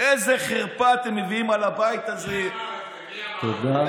"איזה חרפה אתם מביאים על הבית הזה, מי אמר את זה?